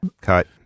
Cut